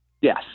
Yes